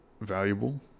valuable